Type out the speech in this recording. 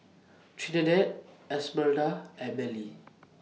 Trinidad Esmeralda and Mellie